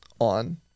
on